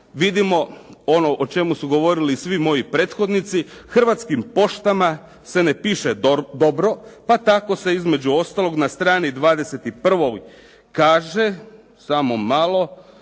vidimo ono o čemu su govorili svi moji prethodnici, Hrvatskim poštama se ne piše dobro, pa tako se između ostalog na strani 21. kaže, samo malo,